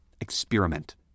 Experiment